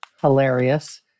Hilarious